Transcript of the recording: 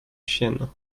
chiennes